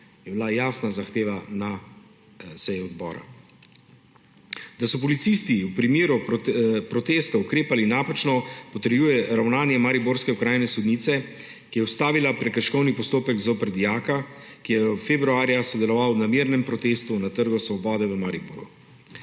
je bila jasna zahteva na seji odbora. Da so policisti v primeru protestov ukrepali napačno, potrjuje ravnanje mariborske okrajne sodnice, ki je ustavila prekrškovni postopek zoper dijaka, ki je februarja sodeloval na mirnem protestu na Trgu svobode v Mariboru.